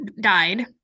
died